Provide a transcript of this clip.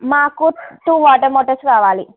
మాకు two water motors కావాలి